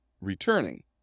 returning